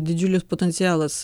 didžiulis potencialas